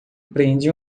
prende